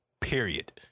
Period